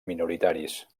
minoritaris